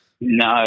No